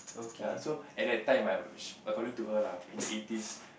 ya so at that time ah according to her lah in the eighties